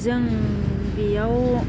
जों बेयाव